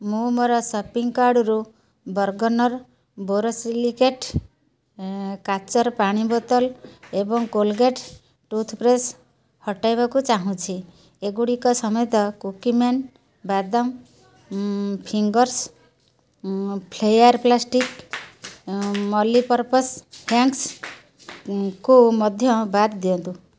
ମୁଁ ମୋର ସପିଂ କାର୍ଡ଼ରୁ ବର୍ଗ୍ନର୍ ବୋରୋସିଲିକେଟ୍ କାଚର ପାଣି ବୋତଲ ଏବଂ କୋଲଗେଟ୍ ଟୁଥ୍ ପ୍ରେଷ୍ଟ୍ ହଟାଇବାକୁ ଚାହୁଁଛି ଏଗୁଡ଼ିକ ସମେତ କୁକି ମ୍ୟାନ୍ ବାଦାମ ଫିଙ୍ଗର୍ସ୍ ଫ୍ଲେୟାର୍ ପ୍ଲାଷ୍ଟିକ୍ସ୍ ମଲିପର୍ପସ୍ ହ୍ୟାଙ୍ଗସ୍କୁ ମଧ୍ୟ ବାଦ୍ ଦିଅନ୍ତୁ